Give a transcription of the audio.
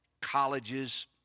colleges